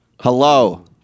Hello